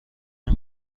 این